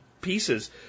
pieces